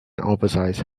oversize